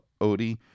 Odie